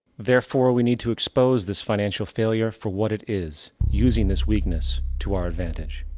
therefore, we need to expose this financial failure for what it is, using this weakness to our advantage.